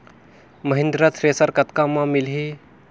Mahindra thresher कतका म मिलही?